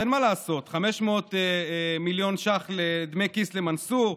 אין מה לעשות: 500 מיליון ש"ח דמי כיס למנסור,